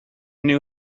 knew